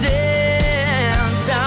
dance